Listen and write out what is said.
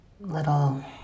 little